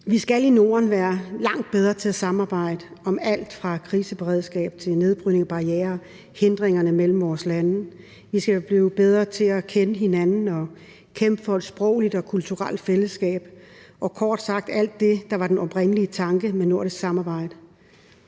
Vi skal i Norden være langt bedre til at samarbejde om alt lige fra kriseberedskab til nedbrydning af barrierer og hindringer mellem vores lande. Vi skal blive bedre til at kende hinanden og kæmpe for et sprogligt og kulturelt fællesskab – kort sagt alt det, der var den oprindelige tanke med det nordiske samarbejde.